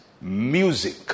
music